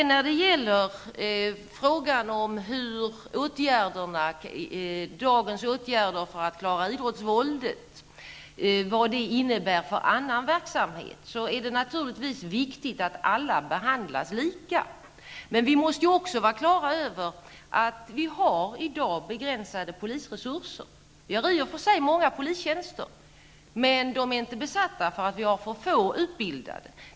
När det sedan gäller vad dagens åtgärder för att klara idrottsvåldet innebär för annan verksamhet är det naturligtvis viktigt att alla behandlas lika. Men vi måste vara klara över att vi har begränsade polisresurser i dag. Vi har i och för sig många polistjänster, men de är inte besatta. Vi har nämligen för få utbildade.